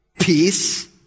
peace